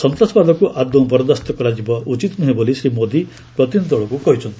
ସନ୍ତାସବାଦକୁ ଆଦୌ ବରଦାସ୍ତ କରାଯିବା ଉଚିତ ନୁହେଁ ବୋଲି ଶ୍ରୀ ମୋଦି ପ୍ରତିନିଧି ଦଳକୁ କହିଚ୍ଛନ୍ତି